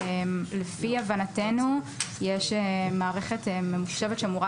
לפי הבנתנו יש מערכת ממוחשבת שאמורה